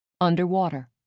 Underwater